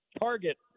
target